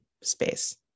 space